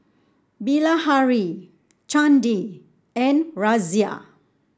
Bilahari Chandi and Razia